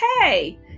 hey